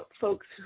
folks